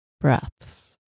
breaths